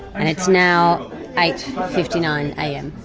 and it's now eight fifty nine am.